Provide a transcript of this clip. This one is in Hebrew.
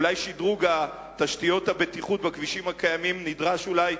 אולי שדרוג תשתיות הבטיחות בכבישים הקיימים נדרש יותר.